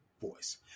voice